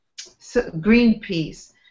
Greenpeace